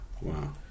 Wow